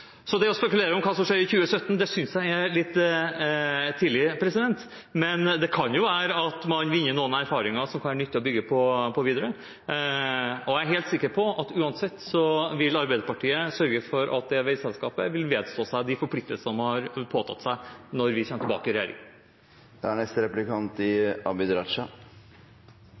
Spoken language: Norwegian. Det å spekulere om hva som skjer i 2017, synes jeg er litt tidlig, men det kan jo være at man vinner noen erfaringer som kan være nyttige å bygge på videre. Og jeg er helt sikker på at uansett vil Arbeiderpartiet sørge for at veiselskapet vil vedstå seg de forpliktelsene de har påtatt seg når vi kommer tilbake i regjering. Jeg vil først benytte anledningen til å takke representanten Sivertsen for at han benyttet anledningen til i